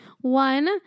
One